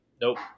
nope